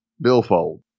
billfold